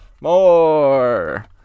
More